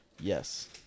Yes